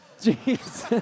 Jesus